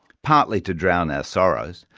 partly to drown our sorrows,